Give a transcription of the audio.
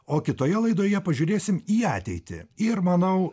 o kitoje laidoje pažiūrėsim į ateitį ir manau